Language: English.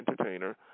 entertainer